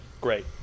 Great